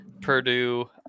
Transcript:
Purdue